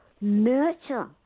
nurture